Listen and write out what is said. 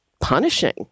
punishing